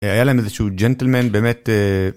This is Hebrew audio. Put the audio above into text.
היה להם איזשהו ג'נטלמן באמת